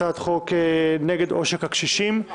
הצעת חוק נגד עושק הקשישים.